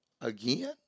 Again